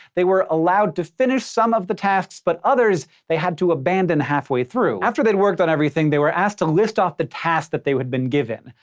they were allowed to finish some of the tasks, but others they had to abandon halfway through. after they'd worked on everything, they were asked to list off the tasks that they had been given.